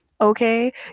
okay